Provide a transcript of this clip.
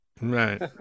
right